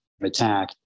attack